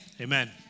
Amen